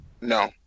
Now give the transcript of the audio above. No